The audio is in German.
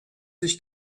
sich